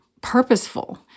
purposeful